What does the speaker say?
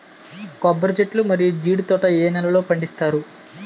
కొబ్బరి చెట్లు మరియు జీడీ తోట ఏ నేలల్లో పండిస్తారు?